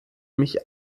mich